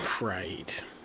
right